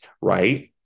right